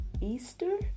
Easter